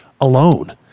alone